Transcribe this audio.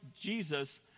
Jesus